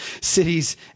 cities